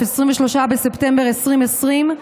23 בספטמבר 2020,